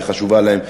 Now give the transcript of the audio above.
שחשובה להם,